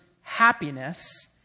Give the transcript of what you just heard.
happiness